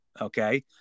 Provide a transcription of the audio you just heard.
Okay